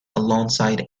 alongside